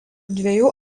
dviejų